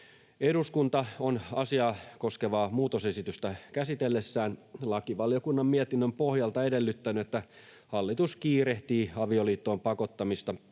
Eduskunta on asiaa koskevaa muutosesitystä käsitellessään lakivaliokunnan mietinnön pohjalta edellyttänyt, että hallitus kiirehtii avioliittoon pakottamista